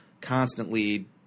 constantly